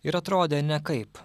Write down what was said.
ir atrodė nekaip